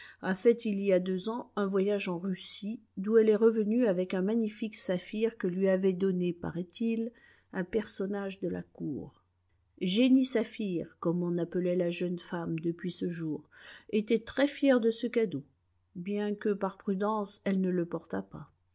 a fait il y a deux ans un voyage en russie d'où elle est revenue avec un magnifique saphir que lui avait donné paraît-il un personnage de la cour jenny saphir comme on appelait la jeune femme depuis ce jour était très fière de ce cadeau bien que par prudence elle ne le portât pas